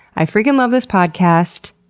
i freakin' love this podcast.